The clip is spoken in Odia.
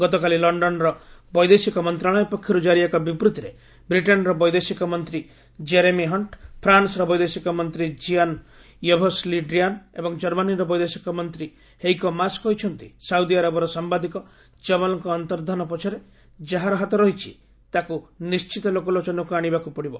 ଗତକାଲି ଲଣ୍ଡନର ବୈଦେଶିକ ମନ୍ତ୍ରଣାଳୟ ପକ୍ଷରୁ ଜାରି ଏକ ବିବୂତ୍ତିରେ ବ୍ରିଟେନ୍ର ବୈଦେଶିକ ମନ୍ତ୍ରୀ ଜେରେମି ହଣ୍ଟ ଫ୍ରାନ୍ସର ବୈଦେଶିକ ମନ୍ତ୍ରୀ ଜିଆନ୍ ୟଭସ୍ ଲି ଡ୍ରିଆନ୍ ଏବଂ ଜର୍ମାନୀର ବୈଦେଶିକ ମନ୍ତ୍ରୀ ହେଇକୋ ମାସ୍ କହିଛନ୍ତି ସାଉଦିଆରବର ସାମ୍ବାଦିକ ଜମଲଙ୍କ ଅନ୍ତର୍ଦ୍ଧାନ ପଛରେ ଯାହାର ହାତ ରହିଛି ତାକୁ ନିଶ୍ଚିତ ଲୋକଲୋଚନକୁ ଆଶିବାକୁ ପଡ଼ିବ